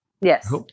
Yes